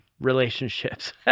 relationships